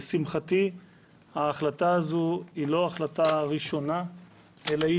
לשמחתי ההחלטה הזו היא לא החלטה ראשונה אלא היא